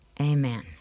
Amen